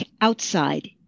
outside